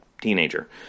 teenager